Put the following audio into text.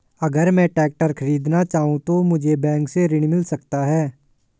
अगर मैं ट्रैक्टर खरीदना चाहूं तो मुझे बैंक से ऋण मिल सकता है?